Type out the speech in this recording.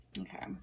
Okay